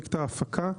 הפקה,